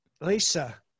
lisa